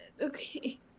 Okay